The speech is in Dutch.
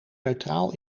neutraal